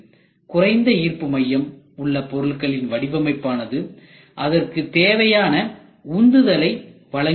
குறைந்த ஈர்ப்பு மையம் உள்ள பொருட்களின் வடிவமைப்பானது அதற்குத் தேவையான உந்துதலை வழங்குகிறது